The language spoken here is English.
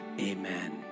amen